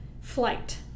flight